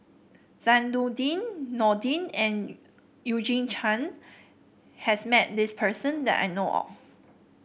Zainudin Nordin and Eugene Chen has met this person that I know of